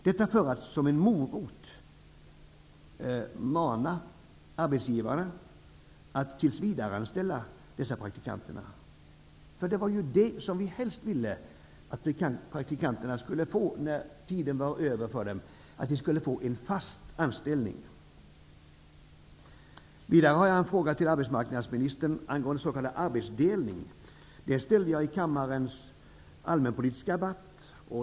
Detta för att som en morot mana arbetsgivarna att tills-vidare-anställa dessa praktikanter. Det var det som vi helst ville, att praktikanterna när deras praktiktid var över skulle få en fast anställning. arbetsdelning. Den ställde jag i kammarens allmänpolitiska debatt.